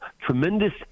tremendous